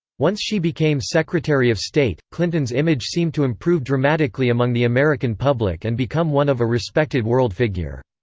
once she became secretary of state, clinton's image seemed to improve dramatically among the american public and become one of a respected world figure.